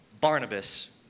Barnabas